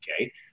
okay